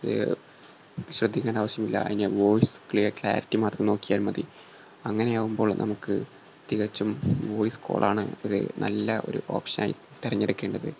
ശ്രദ്ധിക്കേണ്ട ആവശ്യമില്ല അതിന് വോയിസ് ക്ലിയർ ക്ലാരിറ്റി മാത്രം നോക്കിയാൽ മതി അങ്ങനെയാകുമ്പോൾ നമുക്ക് തികച്ചും വോയിസ് കോളാണ് ഒരു നല്ല ഒരു ഓപ്ഷനായി തിരഞ്ഞെടുക്കേണ്ടത്